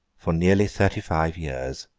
for nearly thirty-five years.